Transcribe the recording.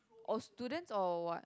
all students or what